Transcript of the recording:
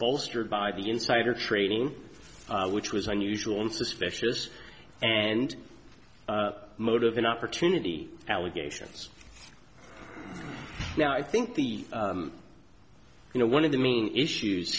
bolstered by the insider trading which was unusual in suspicious and motive an opportunity allegations now i think the you know one of the meaning issues